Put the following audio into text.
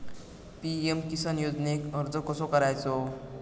PM Kisan योजनेक अर्ज कसो करायचो?